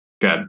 Good